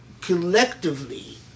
collectively